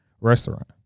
restaurant